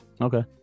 Okay